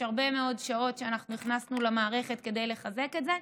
יש הרבה מאוד שעות שאנחנו הכנסנו למערכת כדי לחזק את זה,